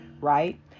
right